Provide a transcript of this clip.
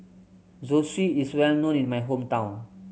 zosui is well known in my hometown